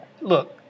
look